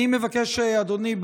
אדוני,